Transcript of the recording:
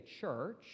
church